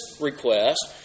request